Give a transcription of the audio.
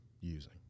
using